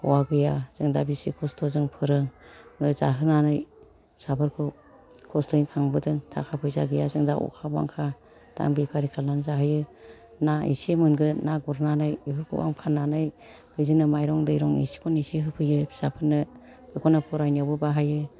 हौवा गैया जों दा बेसे खस्थ'जों फोरोङो जाहोनानै फिसाफोरखौ खस्थ'यै खांबोदों थाखा फैसा गैया जों अखा बांखा दा आं बेफारि खालामनानै जाहोयो ना एसे मोनगोन ना गुरनानै बेफोरखौ आं फाननानै बिजोंनो माइरं दैरं एसेखौनो एसे होफैयो फिसाफोरनो बेखौनो फरायनायावबो बाहायो